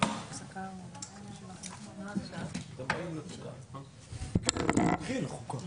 ננעלה בשעה 19:36.